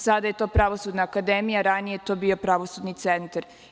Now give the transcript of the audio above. Sada je to Pravosudna akademija, ranije je to bio Pravosudni centar.